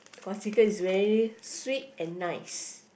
cause chicken is very sweet and nice